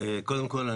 קודם כל,